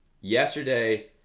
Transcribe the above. yesterday